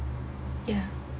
ya